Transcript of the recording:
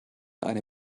eine